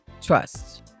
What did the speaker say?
trust